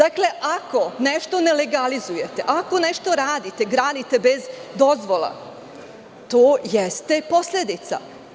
Ako nešto nelegalizujete, ako nešto radite, gradite bez dozvola, to jeste posledica.